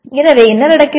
எனவே என்ன நடக்கிறது